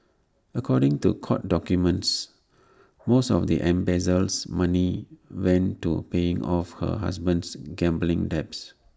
according to court documents most of the embezzles money went to paying off her husband's gambling debts